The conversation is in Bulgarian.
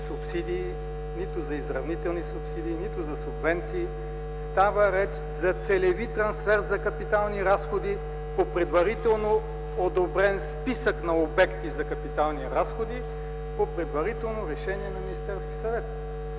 нито за изравнителни субсидии, нито за субвенции – става реч за целеви трансфер за капитални разходи по предварително одобрен списък на обекти за капитални разходи, по предварително решение на Министерския съвет.